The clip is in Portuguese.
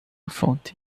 fonte